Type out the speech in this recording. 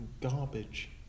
Garbage